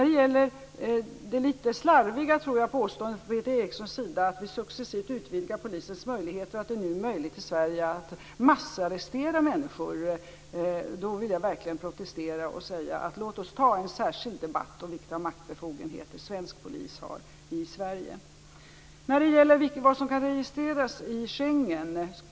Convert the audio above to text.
Det, som jag tror, litet slarviga påståendet från Peter Erikssons sida, att vi successivt utvidgar polisens möjligheter, att det nu är möjligt i Sverige att massarrestera människor, vill jag verkligen protestera mot och säga: Låt oss ta en särskild debatt om vilka maktbefogenheter svensk polis har i Sverige. En fråga ställdes om vad som kan registreras i Schengen.